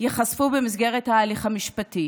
ייחשפו במסגרת ההליך המשפטי.